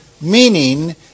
meaning